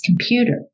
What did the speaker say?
computer